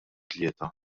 tlieta